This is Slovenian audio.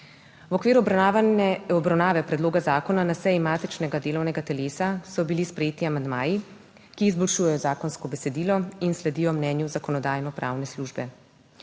V okviru obravnave predloga zakona na seji matičnega delovnega telesa so bili sprejeti amandmaji, ki izboljšujejo zakonsko besedilo in sledijo mnenju Zakonodajno-pravne službe.